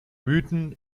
mythen